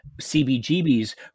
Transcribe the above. CBGB's